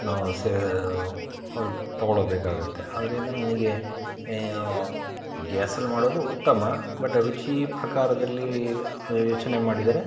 ನಾವು ಸೇರ್ ಅದು ತಗೊಳ್ಳಬೇಕಾಗುತ್ತೆ ಅದ್ರಿಂದ ನನಗೆ ಗ್ಯಾಸಲ್ಲಿ ಮಾಡೋದು ಉತ್ತಮ ಬಟ್ ರುಚೀ ಪ್ರಕಾರದಲ್ಲೀ ಯೋಚನೆ ಮಾಡಿದರೆ